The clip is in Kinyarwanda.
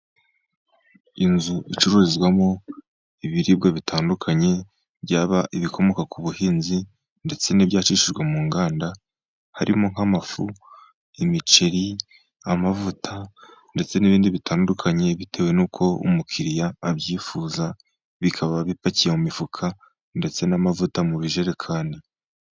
Inzu icururizwamo ibiribwa bitandukanye, byaba ibikomoka ku buhinzi, ndetse n'ibyacishijwe mu nganda, harimo nk'amafu, imiceri, amavuta ndetse n'ibindi bitandukanye bitewe n'uko umukiriya abyifuza, bikaba bipakiye mu mifuka, ndetse n'amavuta mu bijerekani.